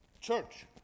church